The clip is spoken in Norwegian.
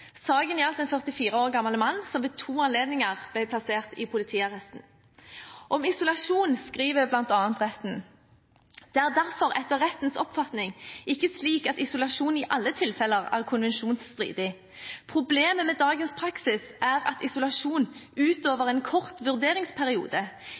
Saken gjaldt en 44 år gammel mann som ved to anledninger ble plassert i politiarresten. Om isolasjon skriver bl.a. retten: «Det er derfor etter rettens oppfatning ikke slik at isolasjon i alle tilfeller er konvensjonsstridig. Problemet med dagens praksis er at isolasjon